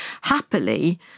happily